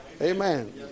Amen